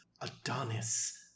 Adonis